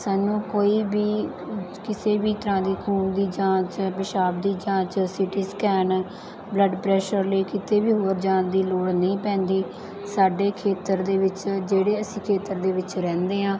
ਸਾਨੂੰ ਕੋਈ ਵੀ ਕਿਸੇ ਵੀ ਤਰ੍ਹਾਂ ਦੀ ਖੂਨ ਦੀ ਜਾਂਚ ਪਿਸ਼ਾਬ ਦੀ ਜਾਂਚ C T scan blood pressure ਲਈ ਕਿਤੇ ਵੀ ਹੋਰ ਜਾਣ ਦੀ ਲੋੜ ਨਹੀਂ ਪੈਂਦੀ ਸਾਡੇ ਖੇਤਰ ਦੇ ਵਿੱਚ ਜਿਹੜੇ ਅਸੀਂ ਖੇਤਰ ਦੇ ਵਿੱਚ ਰਹਿੰਦੇ ਹਾਂ